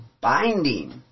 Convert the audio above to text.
binding